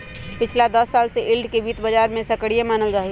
पिछला दस साल से यील्ड के वित्त बाजार में सक्रिय मानल जाहई